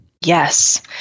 Yes